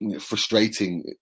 frustrating